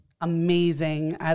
amazing